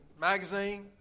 Magazine